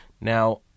Now